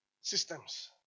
systems